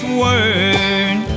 word